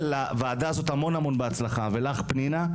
כנראה, שלפנינו.